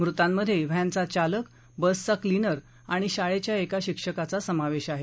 मृतांमध्ये व्हस्त्रिया चालक बसचा क्लीनर आणि शाळेच्या एका शिक्षकाचा समावेश आहे